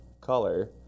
color